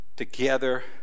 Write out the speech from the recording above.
Together